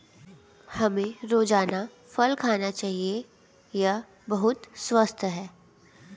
हमें रोजाना फल खाना चाहिए, यह बहुत स्वस्थ है